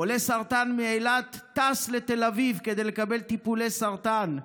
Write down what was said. חולה סרטן מאילת טס לתל אביב כדי לקבל טיפול לסרטן,